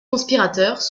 conspirateurs